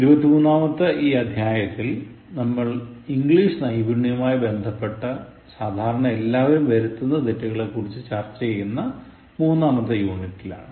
ഇരുപത്തി മൂന്നാമത്തെ ഈ അധ്യായത്തിൽ നമ്മൾ ഇംഗ്ലീഷ് നൈപുണ്യവുമായി ബന്ധപ്പെട്ട സാധാരണ എല്ലാവരും വരുത്തുന്ന തെറ്റുകളെക്കുറിച്ചു ചർച്ച ചെയ്യുന്ന മൂന്നാമത്തെ യൂണിറ്റിലാണ്